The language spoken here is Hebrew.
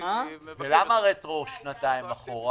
היא מבקשת אישור לעניין סעיף 61. למה רטרואקטיבית לשנתיים אחורה?